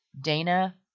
Dana